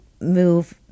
move